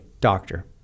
doctor